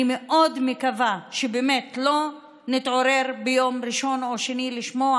אני מאוד מקווה שבאמת לא נתעורר ביום ראשון או שני לשמוע